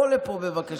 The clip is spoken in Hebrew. בוא לפה, בבקשה.